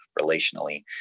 relationally